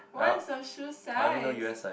what is your shoe size